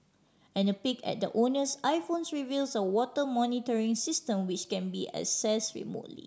and a peek at the owner's iPhones reveals a water monitoring system which can be access remotely